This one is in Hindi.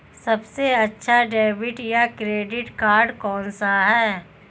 सबसे अच्छा डेबिट या क्रेडिट कार्ड कौन सा है?